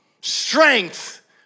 Strength